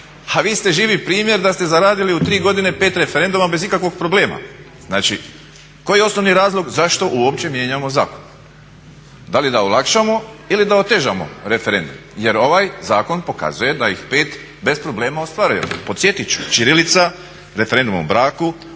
Vi ste živi primjer da ste zaradili u 3 godine 5 referenduma bez ikakvog problema. Znači koji je osnovni razlog zašto uopće mijenjamo zakon, da li da olakšamo ili da otežamo referendum jer ovaj zakon pokazuje da ih 5 bez problema ostvarujemo. Podsjetit ću: ćirilica, referendum o braku,